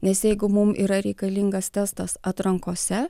nes jeigu mum yra reikalingas testas atrankose